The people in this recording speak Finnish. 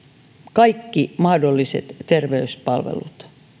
kaikki mahdolliset terveyspalvelut